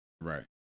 Right